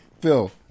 Phil